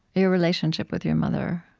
your relationship with your mother.